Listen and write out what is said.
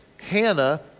Hannah